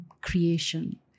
creation